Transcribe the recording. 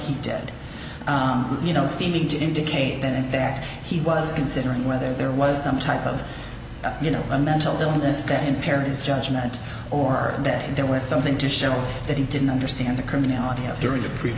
he did you know standing to indicate that in fact he was considering whether there was some type of you know a mental illness that in paris judgment or that there was something to show that he didn't understand the criminality of during the pre